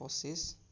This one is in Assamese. পঁচিছ